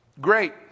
Great